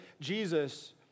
Jesus